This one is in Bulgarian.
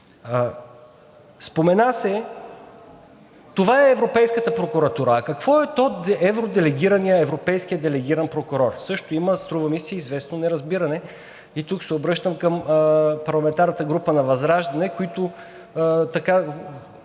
Спомена се – това е Европейската прокуратура, а какво е Европейският делегиран прокурор? Също има, струва ми се, известно неразбиране и тук се обръщам към парламентарната група на ВЪЗРАЖДАНЕ, у които се